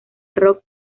rock